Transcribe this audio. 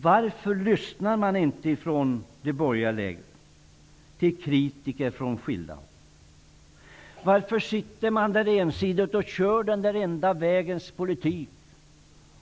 Varför lyssnar man i det borgerliga lägret inte till kritiker från skilda håll? Varför rattar och kör man ensidigt den enda vägens politik?